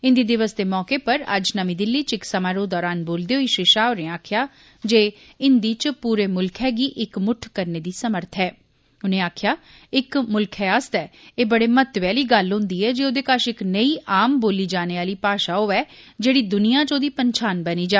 हिंदी दिवस दे मौके पर अज्ज नमीं दिल्ली च इक समारोह दौरान बोलदे होई श्री शाह होरें आक्खेआ जे हिंदी च पूरे मुल्खै गी इक मुट्ठ करने दी समर्थ ऐ उने आक्खेआ इक मुल्खै आस्तै एह् बड़े महत्वै आली गल्ल होन्दी ऐ जे ओदे कश इक नेई आम बोली जाने आली भाषा होवै जेड़ी दुनिया च ओदी पन्छान बनी जा